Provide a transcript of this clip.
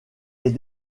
est